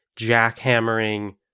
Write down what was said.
jackhammering